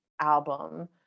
album